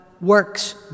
works